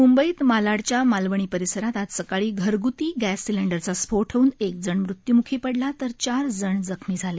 मूंबईत मालाडच्या मालवणी परिसरात आज सकाळी घरग्ती ग्राम सिलिंडरचा स्फोट होऊन एक जण मृत्युमुखी पडला तर चार जण जखमी झाले